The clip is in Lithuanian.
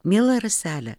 miela rasele